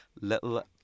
little